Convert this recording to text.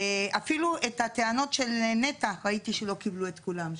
אפילו את הטענות של נת"ע ראיתי שלא קיבלו את כולן שם.